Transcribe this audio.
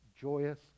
joyous